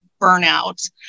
burnout